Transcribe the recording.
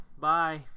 Bye